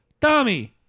Tommy